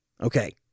okay